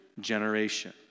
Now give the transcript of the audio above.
generation